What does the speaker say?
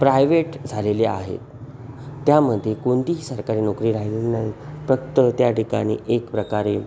private झालेले आहे त्यामध्ये कोणतीही सरकारी नोकरी राहिलेली नाही फक्त त्या ठिकाणी एक प्रकारे